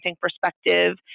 perspective